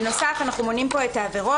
בנוסף, אנחנו מונים פה את העבירות.